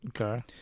Okay